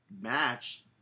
match